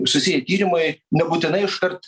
susiję tyrimai nebūtinai iškart